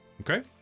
Okay